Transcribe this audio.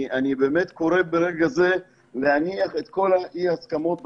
אני באמת קורא ברגע הזה להניח את כל אי ההסכמות בצד.